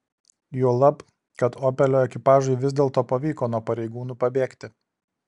juolab kad opelio ekipažui vis dėlto pavyko nuo pareigūnų pabėgti